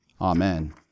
Amen